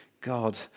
God